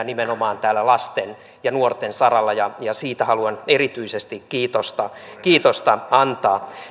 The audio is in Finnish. nimenomaan täällä lasten ja nuorten saralla ja ja siitä haluan erityisesti kiitosta kiitosta antaa